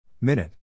Minute